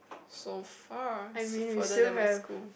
so far further than my school